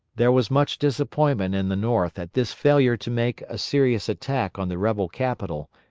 there was much disappointment in the north at this failure to make a serious attack on the rebel capital,